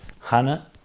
Hannah